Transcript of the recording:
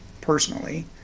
personally